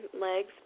legs